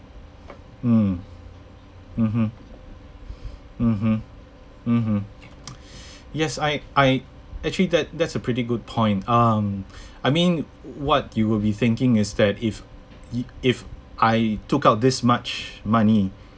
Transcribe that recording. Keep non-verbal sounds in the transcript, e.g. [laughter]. mm mmhmm mmhmm mmhmm [noise] yes I I actually that that's the pretty good point um I mean what you will be thinking is that if y~ if I took out this much money